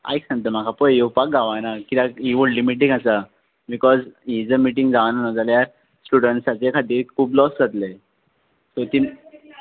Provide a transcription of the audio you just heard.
आयक सांगता म्हाका पळय येवपाक गावाना किऱ्याक ही व्हडली मिटींग आसा बिकॉज ही ज मिटींग जावंक ना जाल्या स्टुडंसाचे खातीर खूब लॉस जात्लें सो तीन